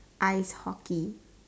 ice hockey